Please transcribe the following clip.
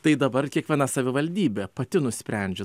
tai dabar kiekviena savivaldybė pati nusprendžia